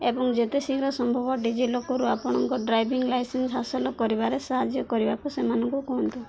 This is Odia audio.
ଏବଂ ଯେତେ ଶୀଘ୍ର ସମ୍ଭବ ଡିଜିଲକରରୁ ଆପଣଙ୍କ ଡ୍ରାଇଭିଂ ଲାଇସେନ୍ସ ହାସଲ କରିବାରେ ସାହାଯ୍ୟ କରିବାକୁ ସେମାନଙ୍କୁ କୁହନ୍ତୁ